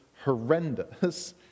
horrendous